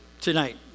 tonight